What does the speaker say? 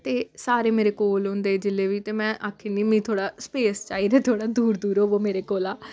ते सारे मेरे कोल होंदे जेल्लै बी ते में आक्खी ओड़नी मिगी थोह्ड़ा स्पेस चाहिदा थोह्ड़ा दूर दूर होवो मेरे कोला